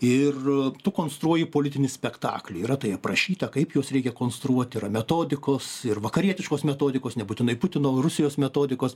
ir tu konstruoji politinį spektaklį yra tai aprašyta kaip juos reikia konstruoti yra metodikos ir vakarietiškos metodikos nebūtinai putino rusijos metodikos